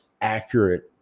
accurate